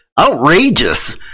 outrageous